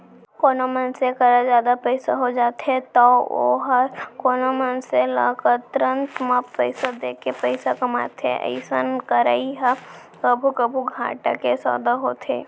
कोनो मनसे करा जादा पइसा हो जाथे तौ वोहर कोनो मनसे ल कन्तर म पइसा देके पइसा कमाथे अइसन करई ह कभू कभू घाटा के सौंदा होथे